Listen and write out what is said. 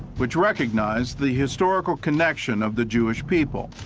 which recognized the historical connection of the jewish people.